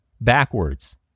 backwards